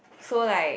so like